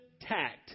tact